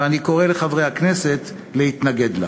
ואני קורא לחברי הכנסת להתנגד לה.